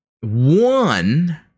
One